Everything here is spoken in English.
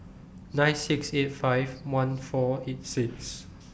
nine six eight five one four eight six